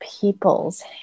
peoples